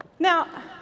Now